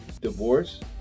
divorce